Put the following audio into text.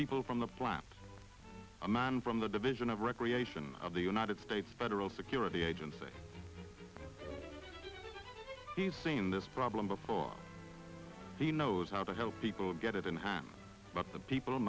people from the plant a man from the division of recreation of the united states federal security agency he's seen this problem before he knows how to help people get it in hand but the people